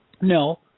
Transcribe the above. No